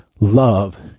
Love